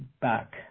back